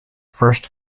first